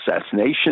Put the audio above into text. assassination